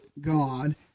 God